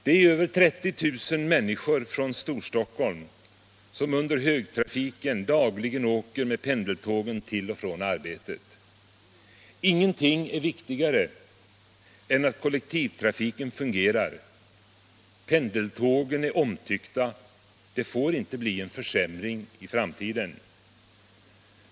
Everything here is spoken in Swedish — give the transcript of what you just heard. Det är över 30 000 människor från Storstockholm som under högtrafik dagligen åker med pendeltågen till och från arbetet. Ingenting är viktigare än att kollektivtrafiken fungerar. Pendeltågen är omtyckta. Det får inte bli en försämring i framtiden.